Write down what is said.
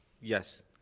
yes